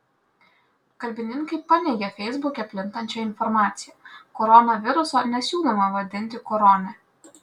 kalbininkai paneigė feisbuke plintančią informaciją koronaviruso nesiūloma vadinti korone